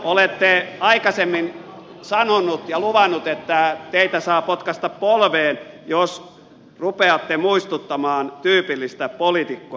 olette aikaisemmin sanonut ja luvannut että teitä saa potkaista polveen jos rupeatte muistuttamaan tyypillistä poliitikkoa